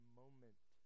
moment